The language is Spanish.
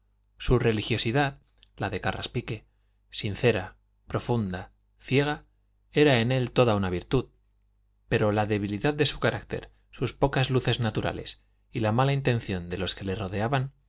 su religiosidad la de carraspique sincera profunda ciega era en él toda una virtud pero la debilidad de su carácter sus pocas luces naturales y la mala intención de los que le rodeaban